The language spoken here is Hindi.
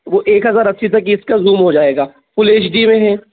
वो एक हज़ार अस्सी तक इसका ज़ूम हो जाएगा फुल एच डी में है